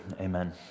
amen